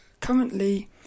currently